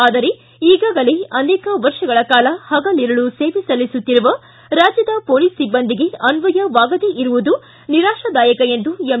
ಆದರೆ ಈಗಾಗಲೇ ಅನೇಕ ವರ್ಷಗಳ ಕಾಲ ಪಗಲಿರುಳು ಸೇವೆ ಸಲ್ಲಿಸುತ್ತಿರುವ ರಾಜ್ಬದ ಪೊಲೀಸ್ ಸಿಬ್ಬಂದಿಗೆ ಅನ್ವಯವಾಗದೆ ಇರುವುದು ನಿರಾಶಾದಾಯಕ ಎಂದು ಎಂ